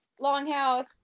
longhouse